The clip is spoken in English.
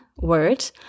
word